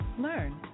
learn